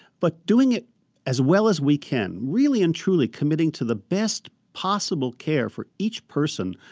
but doing it as well as we can really and truly committing to the best possible care for each person